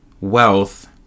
wealth